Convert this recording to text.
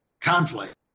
conflict